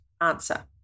answer